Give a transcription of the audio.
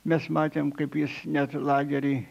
mes matėm kaip jis net lagery